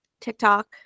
tiktok